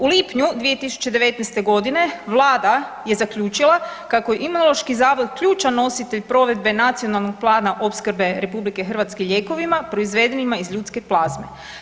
U lipnju 2019. g. Vlada je zaključila kako je Imunološki zavod ključan nositelj provedbe Nacionalnog plana opskrbe RH lijekovima proizvedenima iz ljudske plazme.